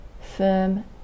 firm